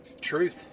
Truth